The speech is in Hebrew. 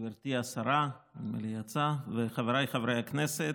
גברתי השרה, חבריי חברי הכנסת,